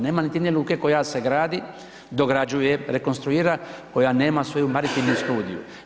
Nema niti jedne luke koja se gradi, dograđuje, rekonstruira, koja nema svoju maritimnu studiju.